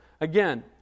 Again